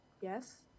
yes